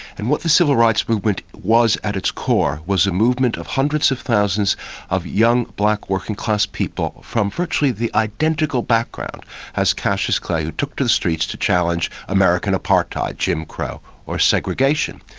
and what the civil rights movement was at its core was a movement of hundreds of thousands of young black working class people from virtually the identical background as cassius clay, who took to the streets to challenge american apartheid, jim crow, or segregation.